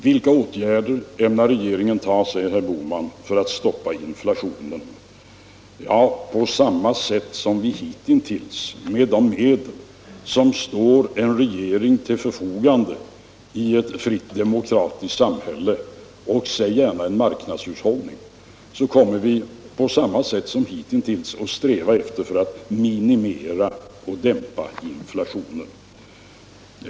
Vilka åtgärder ämnar regeringen vidta, frågar herr Bohman, för att stoppa inflationen? På samma sätt som hitintills, dvs. med de medel som står en regering till förfogande i ett fritt demokratiskt samhälle och — säg gärna — i en marknadshushållning kommer vi att sträva efter att minimera och dämpa inflationen.